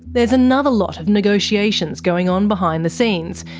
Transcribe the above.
there's another lot of negotiations going on behind the scenes,